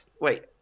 wait